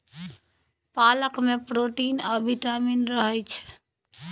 पालक मे प्रोटीन आ बिटामिन रहय छै